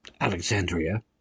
Alexandria